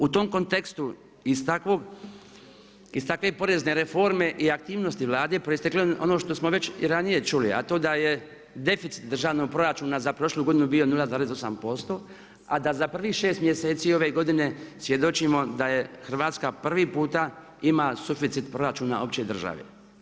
U tom kontekstu i iz takve porezne reforme i aktivnosti Vlade, proisteklo je ono što smo već i ranije čuli a to je da je deficit državnog proračuna za prošlu godinu bio 0,8%, a da prvih 6 mjeseci ove godine svjedočimo da Hrvatska prvi puta ima suficit proračuna opće države.